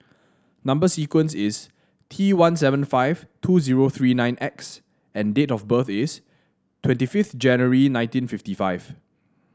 number sequence is T one seven five two zero three nine X and date of birth is twenty fifth January nineteen fifty five